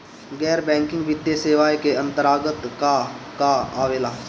गैर बैंकिंग वित्तीय सेवाए के अन्तरगत का का आवेला?